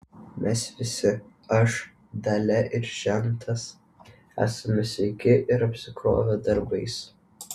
mes visi aš dalia ir žentas esame sveiki ir apsikrovę darbais